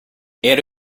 ero